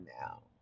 now